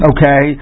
Okay